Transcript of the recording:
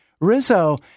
Rizzo